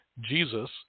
Jesus